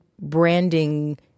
branding